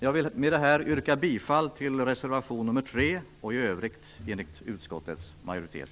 Jag vill med detta yrka bifall till reservation nr 3 och i övrigt enligt utskottets majoritet.